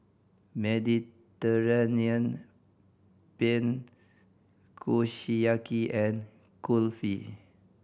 Mediterranean Penne Kushiyaki and Kulfi